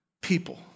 People